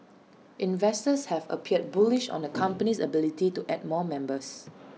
investors have appeared bullish on the company's ability to add more members